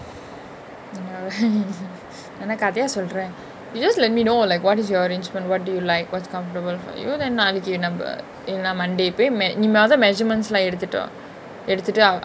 என்னா:ennaa நா என்ன கதயா சொல்ர:na enna kathayaa solra you just let me know like what is your arrangement what do you like what's comfortable for you then நாளைக்கு நம்ம இல்லனா:naalaiku namma illanaa monday போய்:poai mey~ நீ மொத:nee motha measurements lah எடுத்துட்டுவா எடுத்துட்டு:eduthutuvaa eduthutu a~